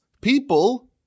people